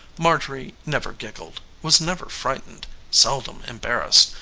marjorie never giggled, was never frightened, seldom embarrassed,